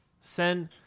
Send